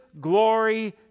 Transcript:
glory